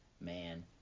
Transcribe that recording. man